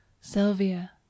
Sylvia